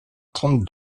trente